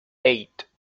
eight